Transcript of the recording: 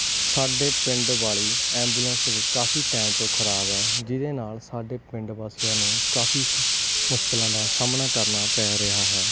ਸਾਡੇ ਪਿੰਡ ਵਾਲੇ ਐਂਬੂਲੈਂਸ ਕਾਫੀ ਟਾਈਮ ਤੋਂ ਖਰਾਬ ਹੈ ਜਿਹਦੇ ਨਾਲ ਸਾਡੇ ਪਿੰਡ ਵਾਸੀਆਂ ਨੂੰ ਕਾਫੀ ਮੁਸ਼ਕਿਲਾਂ ਦਾ ਸਾਹਮਣਾ ਕਰਨਾ ਪੈ ਰਿਹਾ ਹੈ